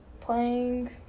playing